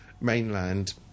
mainland